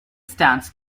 stands